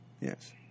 yes